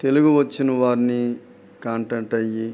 తెలుగు వచ్చిన వారిని కాంటాక్ట్ అయ్యి